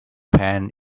pan